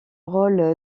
rôle